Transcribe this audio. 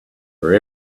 for